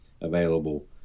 available